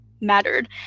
mattered